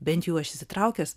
bent jau aš įsitraukęs